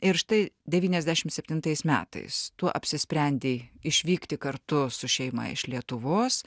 ir štai devyniasdešim septintais metais tu apsisprendei išvykti kartu su šeima iš lietuvos